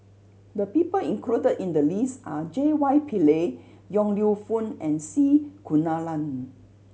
the people included in the list are J Y Pillay Yong Lew Foong and C Kunalan